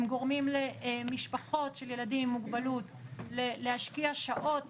הם גורמים למשפחות של ילדים עם מוגבלות להשקיע שעות